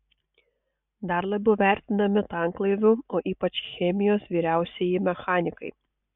dar labiau vertinami tanklaivių o ypač chemijos vyriausieji mechanikai